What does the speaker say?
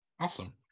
Awesome